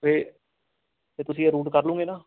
ਅਤੇ ਅਤੇ ਤੁਸੀਂ ਇਹ ਰੂਟ ਕਰ ਲੋਂਗੇ ਨਾ